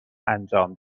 انجام